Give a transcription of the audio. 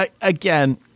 again